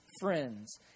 friends